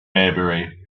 maybury